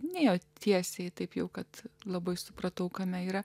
nėjo tiesiai taip jau kad labai supratau kame yra